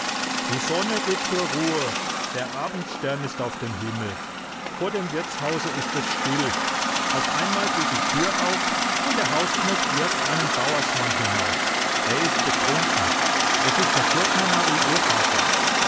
die sonne geht zur ruhe der abendstern ist auf dem himmel vor dem wirtshause ist es still auf einmal geht die tür auf und der hausknecht wirft einen bauersmann hinaus er ist betrunken es ist der furtner marie ihr vater